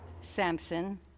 Samson